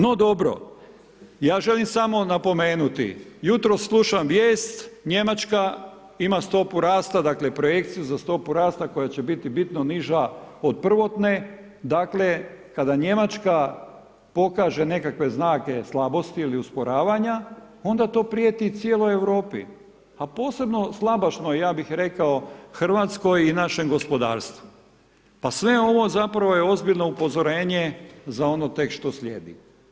No dobro, ja želim samo napomenuti, jutro slušam vijest, Njemačka ima stopu rasta dakle projekciju za stopu rasta koja će biti bitno niža od prvotne, dakle kada Njemačka pokaže nekakve znake slabosti ili usporavanja onda to prijeti cijeloj Europi a posebno slabašnoj, ja bih rekao Hrvatskoj i našem gospodarstvu pa sve ovo je zapravo ozbiljno upozorenje za ono tek što slijedi.